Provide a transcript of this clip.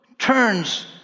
turns